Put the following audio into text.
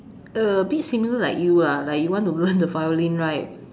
a bit similar like you lah like you want to learn the violin right